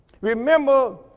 Remember